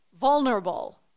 vulnerable